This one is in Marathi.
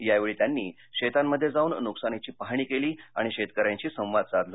यावेळी त्यांनी शेतांमध्ये जाऊन नुकसानीची पाहणी केली आणि शेतकऱ्यांशी संवाद साधला